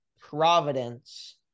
Providence